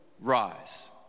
rise